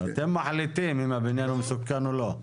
אתם מחליטים אם הבניין מסוכן או לא.